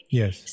yes